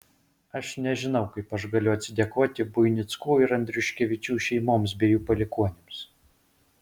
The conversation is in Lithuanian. aš nežinau kaip aš galiu atsidėkoti buinickų ir andriuškevičių šeimoms bei jų palikuonims